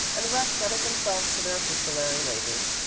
and the rest settled themselves to their epistolary labors.